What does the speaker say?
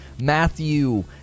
Matthew